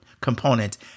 component